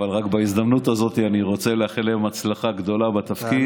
אבל בהזדמנות הזאת אני רוצה לאחל להם הצלחה גדולה בתפקיד.